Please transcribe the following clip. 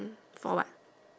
um for what